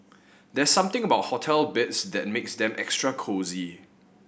there's something about hotel beds that makes them extra cosy